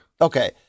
okay